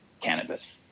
cannabis